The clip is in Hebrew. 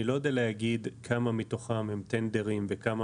אני לא יודע להגיד כמה מתוכם הם טנדרים וכמה